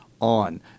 on